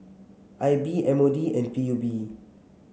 I B M O D and P U B